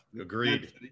agreed